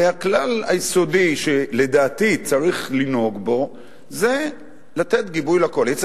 והכלל היסודי שלדעתי צריך לנהוג בו זה לתת גיבוי לקואליציה,